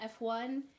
F1